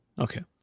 Okay